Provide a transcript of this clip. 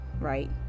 Right